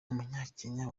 umunyakenya